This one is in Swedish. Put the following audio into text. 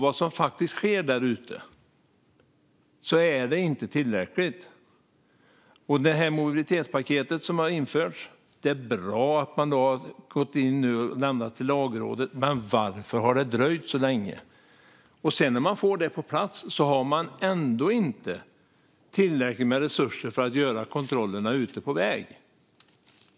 Det som faktiskt sker där ute är inte tillräckligt. Det är bra att mobilitetspaketet är lämnat till Lagrådet, men varför har det dröjt så länge? Och när man sedan får det på plats har man ändå inte tillräckligt med resurser för att göra kontrollerna ute på väg.